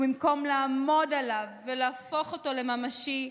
במקום לעמוד עליו ולהפוך אותו לממשי,